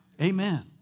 Amen